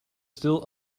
still